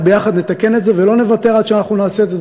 וביחד נתקן את זה ולא נוותר עד שאנחנו נעשה את זה.